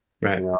right